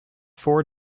four